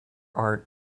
art